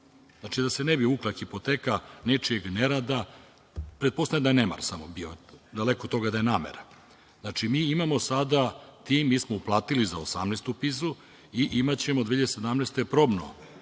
da se ne bi vukla hipoteka nečijeg nerada, pretpostavljam da je nemar samo bio, daleko od toga da je namera. Mi imao sada tim, mi smo uplatili za 18 pisu i imaćemo 2017. godine